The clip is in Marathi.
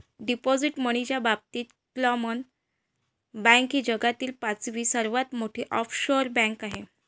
डिपॉझिट मनीच्या बाबतीत क्लामन बँक ही जगातील पाचवी सर्वात मोठी ऑफशोअर बँक आहे